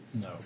No